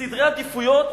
סדרי העדיפויות